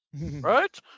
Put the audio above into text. Right